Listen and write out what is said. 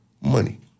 money